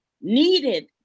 needed